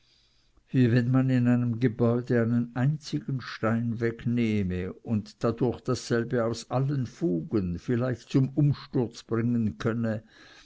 wie wenn man in einem gebäude einen einzigen stein wegnehme und dadurch dasselbe aus allen fugen vielleicht zum umsturz bringen könne